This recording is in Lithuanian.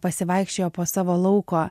pasivaikščiojo po savo lauko